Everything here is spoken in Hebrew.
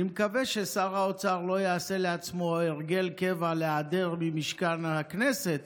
אני מקווה ששר האוצר לא יעשה לעצמו הרגל קבע להיעדר ממשכן הכנסת